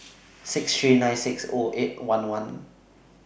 six three nine six O eight one one